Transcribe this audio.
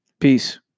Peace